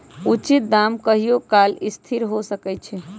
उचित दाम कहियों काल असथिर हो सकइ छै